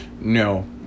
No